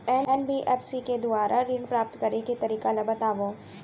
NBFC के दुवारा ऋण प्राप्त करे के तरीका ल बतावव?